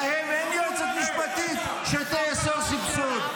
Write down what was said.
להם אין יועצת משפטית שתאסור סבסוד.